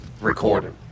recorded